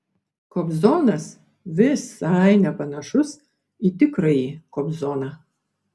kobzonas visai nepanašus į tikrąjį kobzoną